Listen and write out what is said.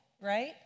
right